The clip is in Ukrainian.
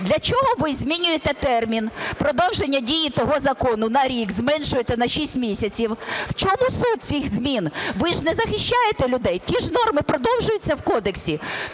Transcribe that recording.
Для чого ви змінюєте термін продовження дії того закону на рік, зменшуєте на 6 місяців? В чому суть цих змін? Ви ж не захищаєте людей, ті ж норми продовжуються в кодексі.